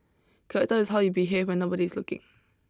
character is how you behave when nobody is looking